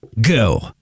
Go